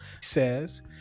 says